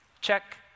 check